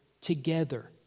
together